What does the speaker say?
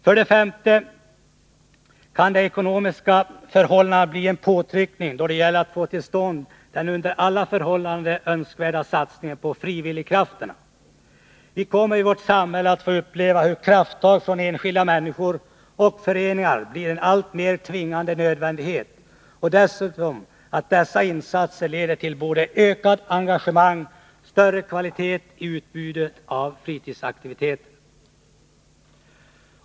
För det femte kan de ekonomiska förhållandena bli en påtryckning då det gäller att få till stånd den under alla förhållanden önskvärda satsningen på frivilligkrafterna. Vi kommer i vårt samhälle att få uppleva hur krafttag från enskilda människor och föreningar blir en allt mer tvingande nödvändighet och dessutom att dessa insatser leder till ökat engagemang och större kvalitet i utbudet av fritidsaktiviteter.